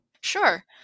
Sure